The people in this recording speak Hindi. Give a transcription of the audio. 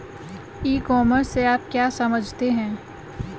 ई कॉमर्स से आप क्या समझते हैं?